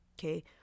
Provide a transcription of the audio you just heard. Okay